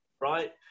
right